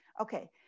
Okay